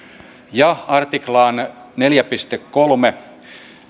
ja artiklaan neljä piste kolme